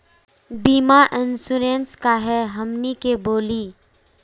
बीमा इंश्योरेंस का है हमनी के बोली?